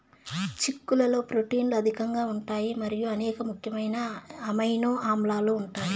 చిక్కుళ్లలో ప్రోటీన్లు అధికంగా ఉంటాయి మరియు అనేక ముఖ్యమైన అమైనో ఆమ్లాలు ఉంటాయి